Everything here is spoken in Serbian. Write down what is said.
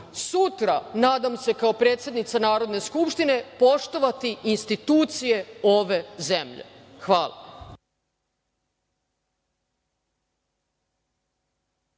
sutra, nadam se, kao predsednica Narodne skupštine poštovati institucije ove zemlje. Hvala.